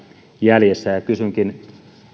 jäljessä kysynkin